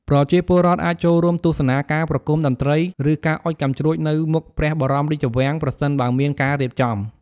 ប្រជាពលរដ្ឋអាចចូលរួមទស្សនាការប្រគំតន្ត្រី ឬការអុជកាំជ្រួចនៅមុខព្រះបរមរាជវាំង ប្រសិនបើមានការរៀបចំ។